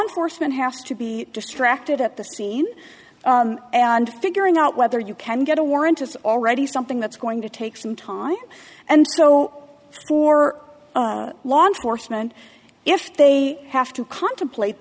enforcement has to be distracted at the scene and figuring out whether you can get a warrant it's already something that's going to take some time and so for law enforcement if they have to contemplate